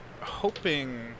hoping